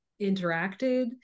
interacted